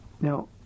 Now